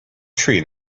tree